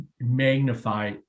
magnify